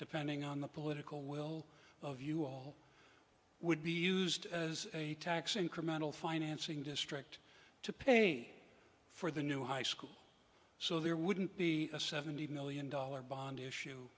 depending on the political will of you all would be used as a tax incremental financing district to pay for the new high school so there wouldn't be a seventy million dollar bond issue